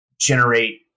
generate